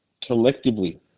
Collectively